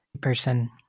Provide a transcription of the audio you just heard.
person